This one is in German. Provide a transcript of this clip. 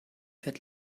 fährt